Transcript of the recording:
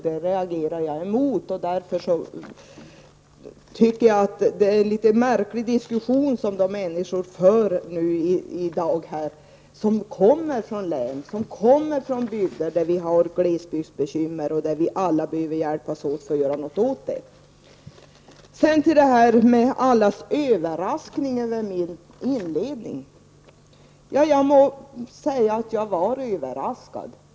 Det reagerar jag emot, och därför tycker jag att den diskussion som i dag förs av människor som kommer från bygder där det finns glesbygdsbekymmer är märklig. Vi borde i stället hjälpas åt för att komma till rätta med problemen. Sedan över till allas överraskning inför min inledning. Jag måste säga att också jag blev överaskad.